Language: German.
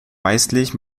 weißlich